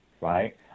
Right